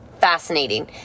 fascinating